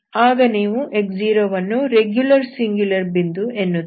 ಆಗ ನೀವು x0 ವನ್ನು ರೆಗ್ಯುಲರ್ ಸಿಂಗ್ಯುಲರ್ ಬಿಂದು ಎನ್ನುತ್ತೀರಿ